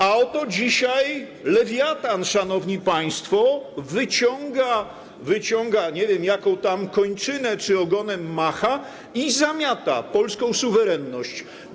A oto dzisiaj Lewiatan, szanowni państwo, wyciąga nie wiem jaką tam kończynę czy ogonem macha i zamiata polską suwerenność.